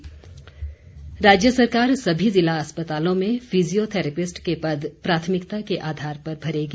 मुख्यमंत्री राज्य सरकार सभी ज़िला अस्पतालों में फिजियोथैरेपिस्ट के पद प्राथमिकता के आधार पर भरेगी